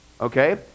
okay